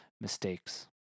mistakes